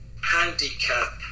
handicap